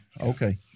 Okay